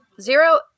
zero